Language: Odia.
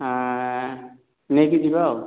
ନେଇକି ଯିବା ଆଉ